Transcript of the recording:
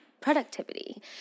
productivity